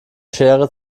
schere